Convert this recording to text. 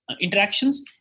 interactions